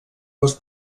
les